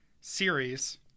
series